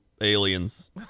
aliens